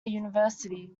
university